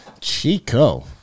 Chico